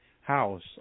house